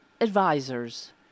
advisors